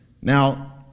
Now